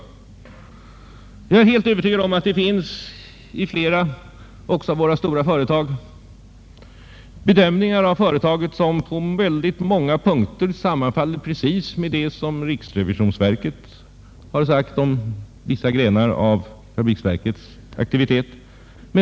Jag är helt övertygad om att det också i flera av våra stora företag görs bedömningar av verksamheten som på många punkter sammanfaller med de som riksrevisionsverket har gjort av vissa grenar av Förenade fabriksverkens aktivitet.